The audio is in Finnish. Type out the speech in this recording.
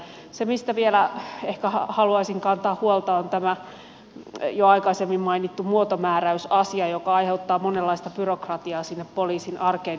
se mistä vielä ehkä haluaisin kantaa huolta on tämä jo aikaisemmin mainittu muotomääräysasia joka aiheuttaa monenlaista byrokratiaa sinne poliisin arkeen